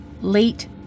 late